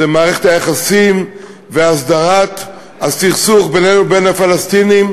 זו מערכת היחסים והסדרת הסכסוך בינינו לבין הפלסטינים,